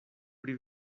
pri